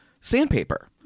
sandpaper